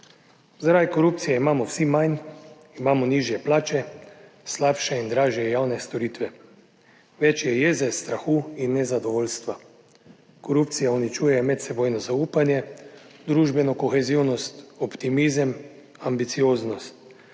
Zaradi korupcije imamo vsi manj, imamo nižje plače, slabše in dražje javne storitve, več je jeze, strahu in nezadovoljstva. Korupcija uničuje medsebojno zaupanje, družbeno kohezivnost, optimizem, ambicioznost,